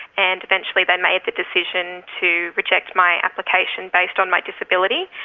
and eventually they made the decision to reject my application based on my disability.